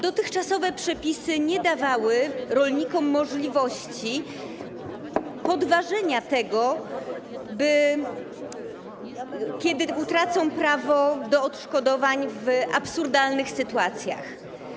Dotychczasowe przepisy nie dawały rolnikom możliwości podważenia tego, kiedy utracą prawo do uzyskania odszkodowań w absurdalnych sytuacjach.